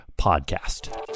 podcast